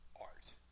art